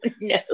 no